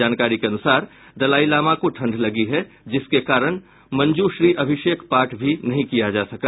जानकारी के अनुसार दलाई लामा को ठंड लगी है जिसके कारण मंजूश्री अभिषेक पाठ भी नहीं किया जा सका